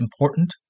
important